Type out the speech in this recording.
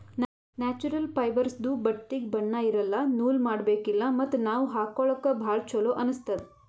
natural ಫೈಬರ್ಸ್ದು ಬಟ್ಟಿಗ್ ಬಣ್ಣಾ ಇರಲ್ಲ ನೂಲ್ ಮಾಡಬೇಕಿಲ್ಲ ಮತ್ತ್ ನಾವ್ ಹಾಕೊಳ್ಕ ಭಾಳ್ ಚೊಲೋ ಅನ್ನಸ್ತದ್